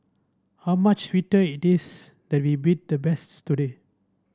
how much sweeter it is that we beat the best today